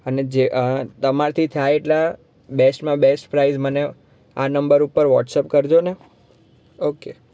અને જે તમારાથી થાય એટલા બેસ્ટમાં બેસ્ટ પ્રાઇઝ મને આ નંબર ઉપર વોટ્સઅપ કરજો ને ઓકે